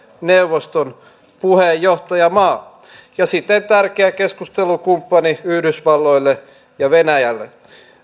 neuvoston puheenjohtajamaa ja siten tärkeä keskustelukumppani yhdysvalloille ja venäjälle